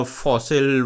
fossil